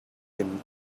him